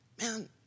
man